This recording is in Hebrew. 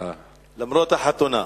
למרות החתונה.